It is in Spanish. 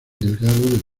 delgado